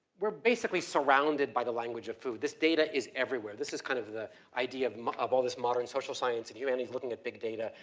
we're basically surrounded by the language of food. this data is everywhere. this is kind of the idea of of all this modern social science and humanity looking at big data.